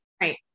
right